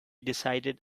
decided